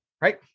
right